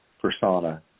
persona